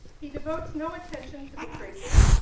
he devotes no attention to the tracery,